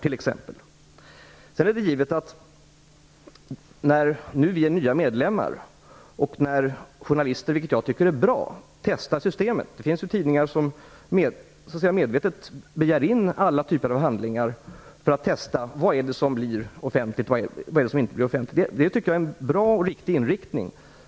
Därutöver förekommer det nu när vi är nya medlemmar att journalister begär in alla typer av handlingar för att testa systemet, vad som blir offentligt och vad som inte blir det. Jag tycker att det är en bra inriktning.